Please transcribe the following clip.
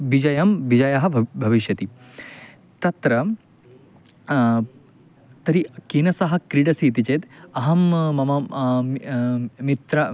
विजयं विजयः भव् भविष्यति तत्र तर्हि केन सह क्रीडसि इति चेत् अहं मम मि मित्रं